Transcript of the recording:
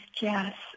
yes